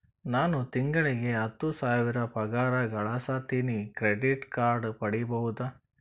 ನಾನು ತಿಂಗಳಿಗೆ ಹತ್ತು ಸಾವಿರ ಪಗಾರ ಗಳಸತಿನಿ ಕ್ರೆಡಿಟ್ ಕಾರ್ಡ್ ಪಡಿಬಹುದಾ?